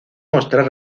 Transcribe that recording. mostrar